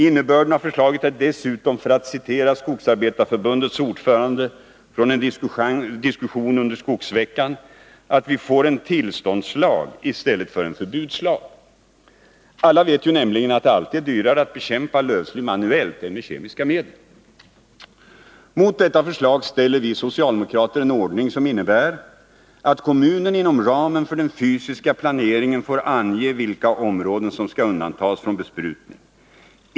Innebörden av förslaget är dessutom — för att citera Skogarbetareförbundets ordförande från en diskussion under skogsveckan — att vi får en tillståndslag i stället för en förbudslag. Alla vet ju nämligen att det alltid är dyrare att bekämpa lövsly manuellt än med kemiska medel. Mot detta förslag ställer vi socialdemokrater en ordning som innebär att kommunen inom ramen för den fysiska planeringen får ange vilka områden 69 som skall undantas från besprutning.